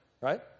Right